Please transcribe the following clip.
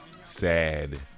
Sad